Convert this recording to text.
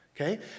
okay